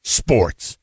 sports